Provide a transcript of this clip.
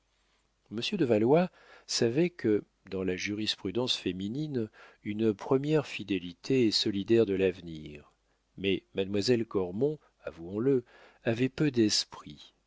monsieur de valois savait que dans la jurisprudence féminine une première fidélité est solidaire de l'avenir mais mademoiselle cormon avouons-le avait peu d'esprit